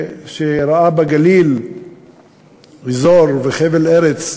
שראה בגליל אזור וחבל ארץ,